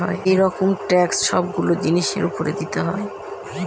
এক রকমের ট্যাক্স সবগুলো জিনিসের উপর দিতে হয়